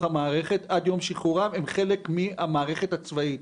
המערכת ועד ליום שחרורם הם חלק מהמערכת הצבאית.